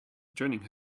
joining